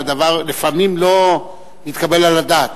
לפעמים לא מתקבל על הדעת.